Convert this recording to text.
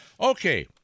okay